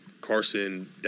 Carson